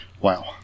Wow